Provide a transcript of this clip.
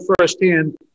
firsthand